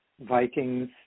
Vikings